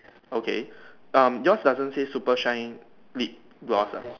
okay um yours doesn't say super shine lip gloss ah